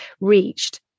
reached